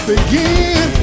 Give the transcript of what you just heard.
begin